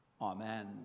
Amen